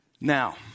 Now